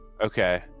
Okay